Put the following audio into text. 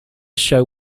show